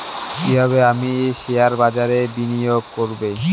কিভাবে আমি শেয়ারবাজারে বিনিয়োগ করবে?